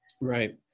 Right